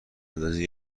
اندازی